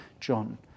John